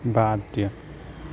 বাদ দিয়া